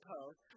Post